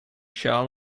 sjaal